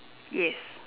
yes